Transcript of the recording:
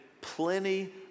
plenty